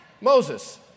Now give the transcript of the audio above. Moses